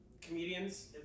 Comedians